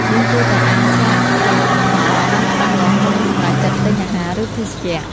យើងគួរតែអានស្លាកផលិតផលឱ្យបានច្បាស់លាស់ មុននឹងសម្រេចចិត្តទិញអាហារឬភេសជ្ជៈ។